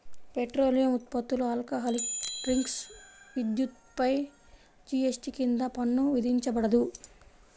petroleum ఉత్పత్తులు, alcoholic drinks, విద్యుత్పై GST కింద పన్ను విధించబడదు